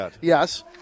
Yes